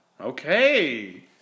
Okay